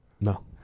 No